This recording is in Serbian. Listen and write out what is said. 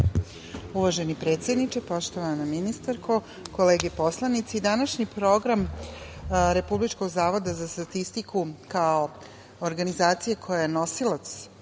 Uvaženi predsedniče, poštovana ministarko, kolege poslanici, današnji program Republičkog zavoda za statistiku kao organizacije koja je nosilac